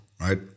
right